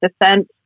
descent